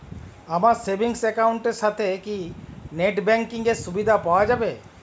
আমার savings account এর সাথে কি নেটব্যাঙ্কিং এর সুবিধা পাওয়া যাবে?